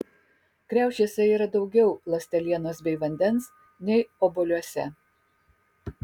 kriaušėse yra daugiau ląstelienos bei vandens nei obuoliuose